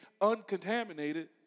uncontaminated